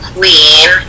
Queen